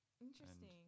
Interesting